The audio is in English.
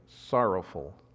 sorrowful